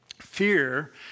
Fear